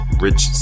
Rich